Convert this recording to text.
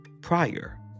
prior